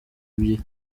ebyiri